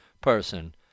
person